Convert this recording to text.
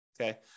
Okay